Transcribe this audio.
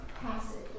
passage